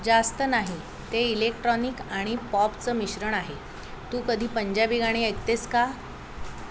जास्त नाही ते इलेक्ट्रॉनिक आणि पॉपचं मिश्रण आहे तू कधी पंजाबी गाणी ऐकतेस का